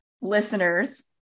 listeners